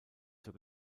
zur